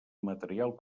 material